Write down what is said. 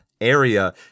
area